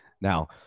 Now